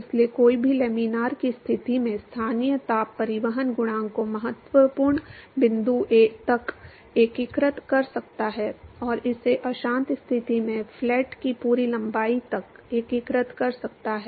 इसलिए कोई भी लैमिनार की स्थिति में स्थानीय ताप परिवहन गुणांक को महत्वपूर्ण बिंदु तक एकीकृत कर सकता है और इसे अशांत स्थिति में फ्लैट की पूरी लंबाई तक एकीकृत कर सकता है